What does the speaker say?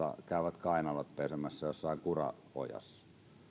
käyvät kainalot pesemässä jossain kuraojassa